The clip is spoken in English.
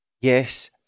Yes